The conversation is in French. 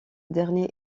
dernier